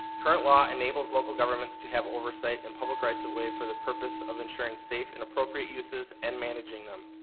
current law enables local government to have oversight and public rights of way for the purpose of ensuring safe and appropriate uses and managing them.